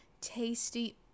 tasty